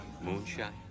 moonshine